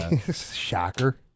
Shocker